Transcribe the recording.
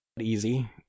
easy